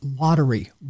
lottery